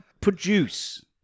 produce